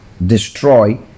destroy